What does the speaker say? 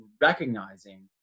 recognizing